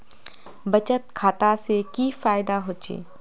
बचत खाता से की फायदा होचे?